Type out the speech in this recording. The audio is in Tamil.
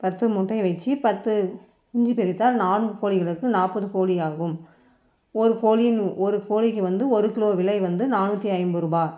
பத்து முட்டையை வெச்சு பத்து குஞ்சு பொரித்தால் நான்கு கோழிகளுக்கு நாற்பது கோழியாகும் ஒரு கோழியின் ஒரு கோழிக்கு வந்து ஒரு கிலோ விலை வந்து நானூற்றி ஐம்பது ரூபாய்